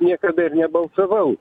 niekada ir nebalsavau